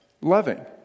loving